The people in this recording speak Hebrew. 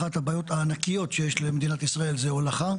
אחת הבעיות הענקיות שיש למדינת ישראל זה הולכה.